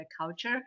culture